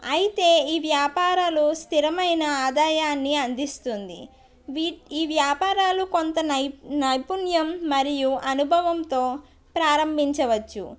అయితే ఈ వ్యాపారాలు స్థిరమైన ఆదాయాన్ని అందిస్తుంది వీటి ఈ వ్యాపారాలు కొంత నై నైపుణ్యం మరియు అనుభవంతో ప్రారంభించవచ్చు